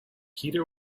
heather